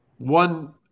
One